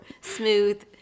smooth